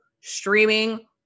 streaming